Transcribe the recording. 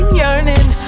yearning